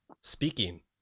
Speaking